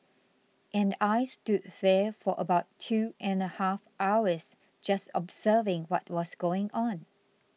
and I stood there for about two and a half hours just observing what was going on